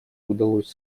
удалось